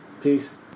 Peace